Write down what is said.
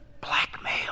Blackmail